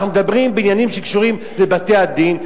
אנחנו מדברים בעניינים שקשורים לבתי-הדין,